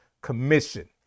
commission